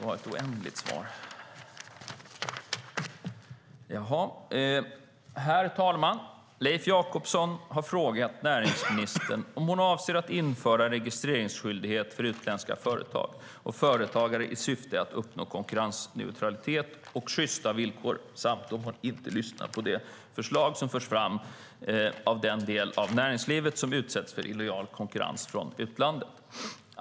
Herr talman! Leif Jakobsson har frågat näringsministern om hon avser att införa registreringsskyldighet för utländska företag och företagare i syfte att uppnå konkurrensneutralitet och sjysta villkor samt om hon inte lyssnar på de förslag som förs fram av den del av näringslivet som utsätts för illojal konkurrens från utlandet.